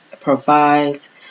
provides